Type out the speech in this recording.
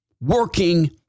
working